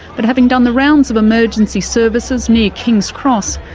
but having done the rounds of emergency services near kings cross,